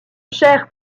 chère